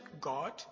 God